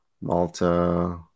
Malta